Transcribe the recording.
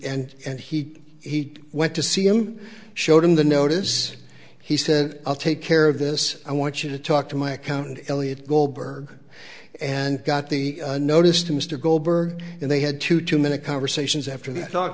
and and he he went to see him showed him the notice he said i'll take care of this i want you to talk to my accountant eliot goldberg and got the notice to mr goldberg and they had two two minute conversations after the talk